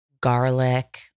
garlic